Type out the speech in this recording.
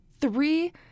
three